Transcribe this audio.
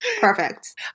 Perfect